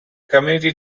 community